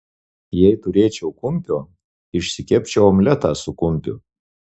jei turėčiau kumpio išsikepčiau omletą su kumpiu